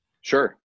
Sure